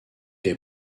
est